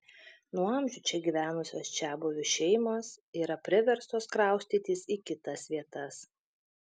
nuo amžių čia gyvenusios čiabuvių šeimos yra priverstos kraustytis į kitas vietas